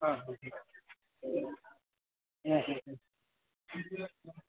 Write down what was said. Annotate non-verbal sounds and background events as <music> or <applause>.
ಹಾಂ ಹಾಂ ಹಾಂ <unintelligible> ಹಾಂ ಹಾಂ ಹಾಂ <unintelligible>